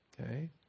Okay